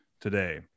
today